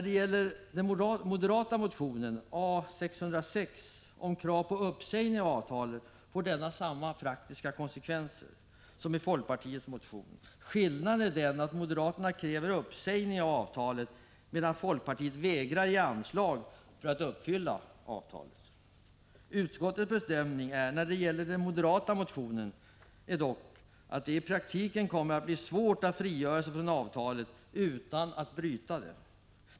Den moderata motionen A606 om krav på uppsägning av avtalet får samma praktiska konsekvenser som folkpartiets motion. Skillnaden är den att moderaterna kräver uppsägning av avtalet, medan folkpartiet vägrar ge anslag för ett uppfyllande av avtalet. Utskottets bedömning när det gäller den moderata motionen är dock att det i praktiken kommer att bli svårt att frigöra sig från avtalet utan att bryta det.